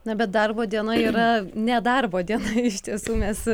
na bet darbo diena yra nedarbo diena iš tiesų mes